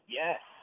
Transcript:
yes